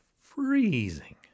freezing